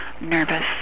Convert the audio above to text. nervous